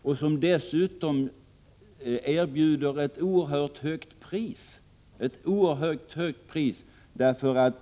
Schablonavdraget kan dessutom bara genomföras till ett oerhört högt pris.